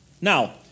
Now